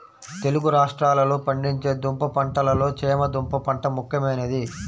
తెలుగు రాష్ట్రాలలో పండించే దుంప పంటలలో చేమ దుంప పంట ముఖ్యమైనది